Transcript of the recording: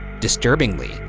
disturbingly,